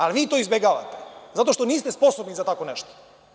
Ali, vi to izbegavate, zato što niste sposobni za tako nešto.